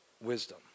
wisdom